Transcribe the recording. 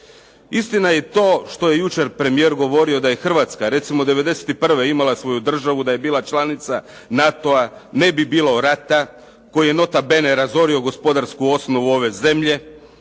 Istina je to što je jučer premijer govorio da je Hrvatska, recimo '91. imala svoju državu, da je bila članica NATO-a, ne bi bilo rata koji ne nota bene razorio gospodarsku osnovu ove zemlje